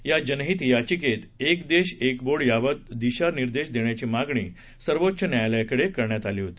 या जनहित याचिकेत एक देश एक बोर्ड बाबत दिशा निर्देश देण्याची मागणी सर्वोच्च न्यायालयाकडे केली होती